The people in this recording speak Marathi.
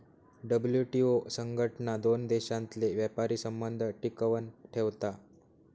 डब्ल्यूटीओ संघटना दोन देशांतले व्यापारी संबंध टिकवन ठेवता